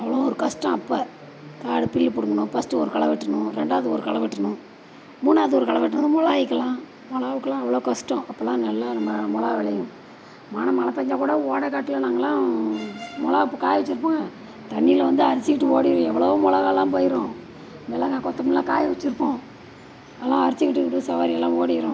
அவ்வளோ ஒரு கஷ்டம் அப்போ காடு பில்லு பிடுங்கணும் ஃபஸ்ட்டு ஒரு களை வெட்டணும் ரெண்டாவது ஒரு களை வெட்டணும் மூணாவது ஒரு களை வெட்டணும் மிளாயிக்கெல்லாம் மிளகாவுக்கெல்லாம் அவ்வளோ கஷ்டம் அப்போல்லாம் நல்லா நம்ம மிளகா விளையும் மானம் மழை பெஞ்சா கூட ஓடகாட்டில் நாங்கெல்லாம் மிளவா அப்போ காய வச்சிருப்போம் தண்ணியில் வந்து அரிச்சிக்கிட்டு ஓடிரும் எவ்வளவோ மிளகால்லாம் போயிரும் மிளகா கொத்தமல்லிலாம் காயை வச்சிருப்போம் அதெல்லாம் அரிச்சிக்கிட்டு சவாரியெல்லாம் ஓடிரும்